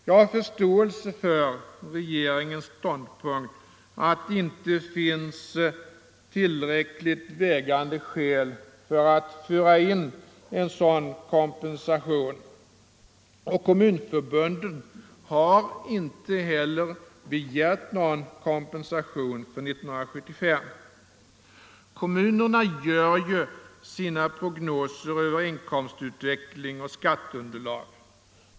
Jag har förståelse för regeringens ståndpunkt att det inte finns tillräckligt vägande skäl för att föra in en sådan kompensation, och kommunförbunden har inte heller begärt någon kompensation för 1975. Kommunerna gör ju sina prognoser över inkomstutveckling och skatteunderlag.